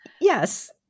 Yes